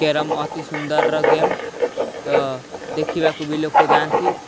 carrom ଅତି ସୁନ୍ଦରର game ତ ଦେଖିବାକୁ ବି ଲୋକ ଯାଆନ୍ତି